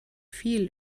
viel